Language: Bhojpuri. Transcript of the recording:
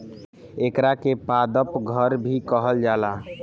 एकरा के पादप घर भी कहल जाला